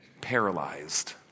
paralyzed